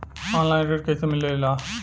Online ऋण कैसे मिले ला?